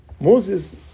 Moses